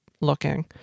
looking